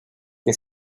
que